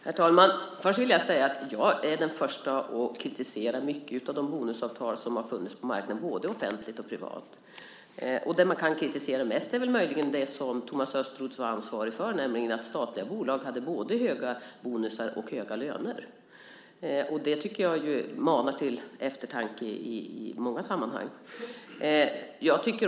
Herr talman! Jag är den första att kritisera många av de bonusavtal som har funnits på marknaden, både offentligt och privat. Det man kan kritisera mest är möjligen det som Thomas Östros var ansvarig för, nämligen att statliga bolag hade både höga bonusar och höga löner. Det manar till eftertanke i många sammanhang.